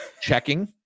checking